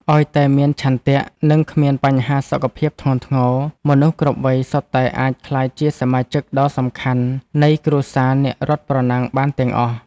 ឱ្យតែមានឆន្ទៈ និងគ្មានបញ្ហាសុខភាពធ្ងន់ធ្ងរ មនុស្សគ្រប់វ័យសុទ្ធតែអាចក្លាយជាសមាជិកដ៏សំខាន់នៃគ្រួសារអ្នករត់ប្រណាំងបានទាំងអស់។